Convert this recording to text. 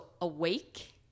awake